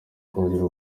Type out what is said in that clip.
kongerera